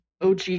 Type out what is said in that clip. OG